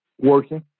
working